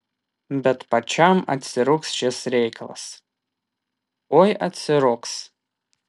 bet pačiam atsirūgs šis reikalas oi atsirūgs